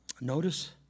Notice